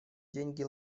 деньги